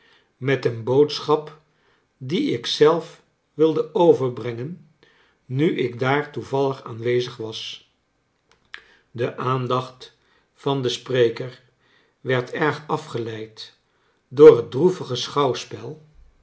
met een boodschap die ik zelf wilde overbrengen nu ik daar toevallig aanwezig was de aandacht van den spreker werd erg afgeleid door het droevige schouwspel